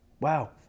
Wow